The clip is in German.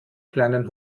kleinen